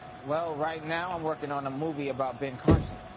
well, right now i'm working on a movie about ben carson.